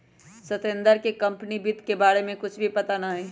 सत्येंद्र के कंपनी वित्त के बारे में कुछ भी पता ना हई